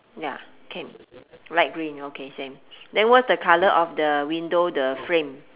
ya can light green okay same then what's the colour of the window the frame